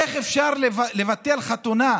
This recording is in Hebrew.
איך אפשר לבטל חתונה?